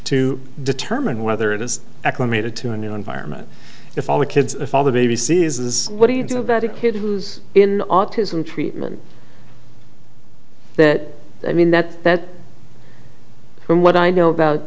to determine whether it is acclimated to a new environment if all the kids a father baby sees is what do you do about a kid who is in autism treatment that i mean that that from what i know about